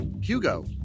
Hugo